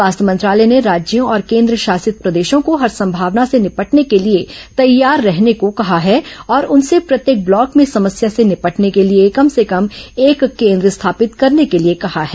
स्वास्थ्य मंत्रालय ने राज्यों और केंद्रशासित प्रदेशों को हर संभावना से निपटने के लिए तैयार रहने को कहा है और उनसे प्रत्येक ब्लॉक में इस समस्या से निपटने के लिए कम से कम एक केंद्र स्थापित करने के लिए कहा है